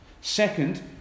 Second